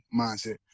mindset